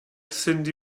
cyndi